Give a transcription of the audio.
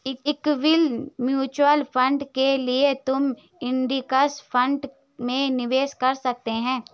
equity mutual fund के लिए तुम इंडेक्स फंड में निवेश कर सकते हो